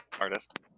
artist